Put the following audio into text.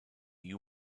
you